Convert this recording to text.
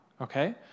okay